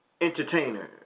Entertainer